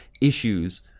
issues